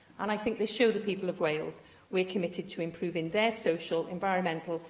and i think they show the people of wales we are committed to improving their social, environmental,